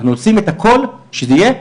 אנחנו עושים את הכל כדי שזה יהיה,